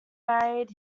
married